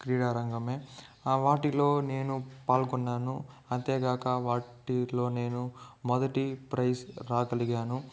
క్రీడారంగమే వాటిలో నేను పాల్గున్నాను అంతేగాక వాటిలో నేను మొదటి ప్రైజ్ రాగలిగాను